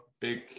big